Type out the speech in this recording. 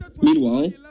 Meanwhile